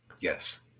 Yes